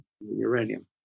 Uranium